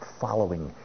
following